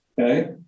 Okay